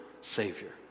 Savior